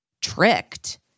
tricked